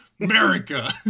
America